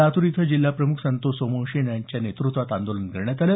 लातूर इथं जिल्हा प्रमुख संतोष सोमवंशी यांच्या नेतृत्वात आंदोलन करण्यात आलं